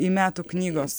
į metų knygos